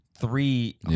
three